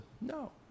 No